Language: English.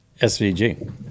SVG